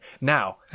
Now